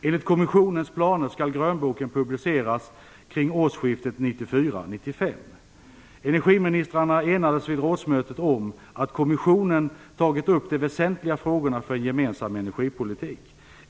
Enligt kommissionens planer skall grönboken publiceras kring årsskiftet 1994/95. Energiministrarna enades vid rådsmötet om att kommissionen tagit upp de väsentligaste frågorna för en gemensam energipolitik.